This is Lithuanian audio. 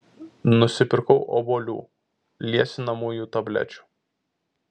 nusipirkau obuolių liesinamųjų tablečių